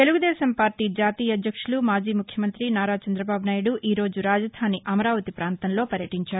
Telugu Desam party జాతీయ అధ్యక్షులు మాజీ ముఖ్యమంతి నారా చంద్రబాబునాయుడు ఈరోజు రాజధాని అమరావతి పాంతంలో పర్యటించారు